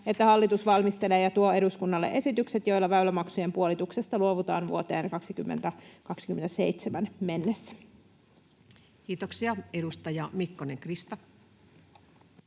että hallitus valmistelee ja tuo eduskunnalle esitykset, joilla väylämaksujen puolituksesta luovutaan vuoteen 2027 mennessä.” Kiitoksia. — Edustaja Mikkonen, Krista.